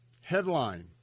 Headline